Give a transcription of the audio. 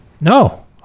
No